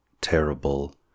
terrible